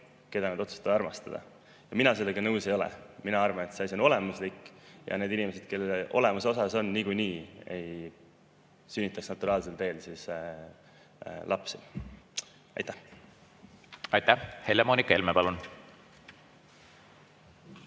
keda nad otsustavad armastada. Mina sellega nõus ei ole. Mina arvan, et see asi on olemuslik. Need inimesed, kelle olemuse osa see on, niikuinii ei sünnitaks naturaalsel teel lapsi. Aitäh! Aitäh! Helle-Moonika Helme, palun!